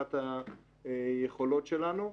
בהנגשת היכולות שלנו.